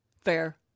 Fair